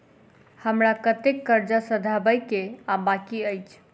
हमरा कतेक कर्जा सधाबई केँ आ बाकी अछि?